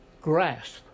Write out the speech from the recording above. grasp